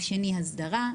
השני הוא הסדרה,